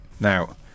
Now